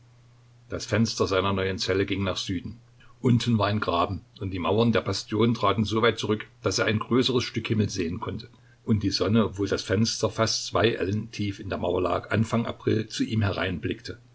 das fenster seiner neuen zelle ging nach süden unten war ein graben und die mauern der bastion traten so weit zurück daß er ein größeres stück himmel sehen konnte und die sonne obwohl das fenster fast zwei ellen tief in der mauer lag anfang april zu ihm